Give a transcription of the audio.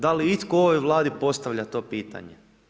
Da li itko u ovoj Vladi postavlja to pitanje?